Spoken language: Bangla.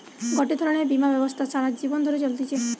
গটে ধরণের বীমা ব্যবস্থা সারা জীবন ধরে চলতিছে